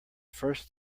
first